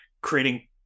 Creating